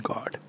God